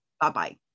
Bye-bye